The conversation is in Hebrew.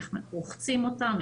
איך רוחצים אותם,